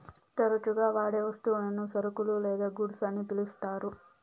తరచుగా వాడే వస్తువులను సరుకులు లేదా గూడ్స్ అని పిలుత్తారు